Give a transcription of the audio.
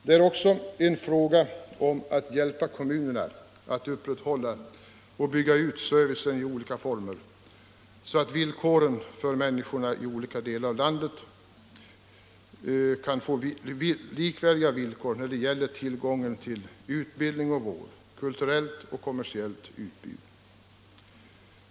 Det är också fråga om att hjälpa kommunerna att upprätthålla och bygga ut servicen i olika former så att människorna i olika delar av landet kan få likvärdiga villkor när det gäller tillgången till utbildning och vård, kulturellt och kommersiellt utbud.